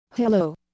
Hello